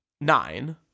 nine